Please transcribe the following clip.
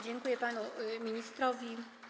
Dziękuję panu ministrowi.